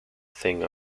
thing